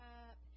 up